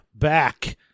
back